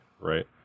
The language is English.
Right